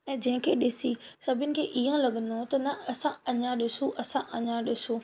ऐं जंहिंखे ॾिसी सभिनि खे ईंह लगंदो हो न असां अञा ॾिसूं असां अञा ॾिसूं